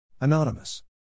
Anonymous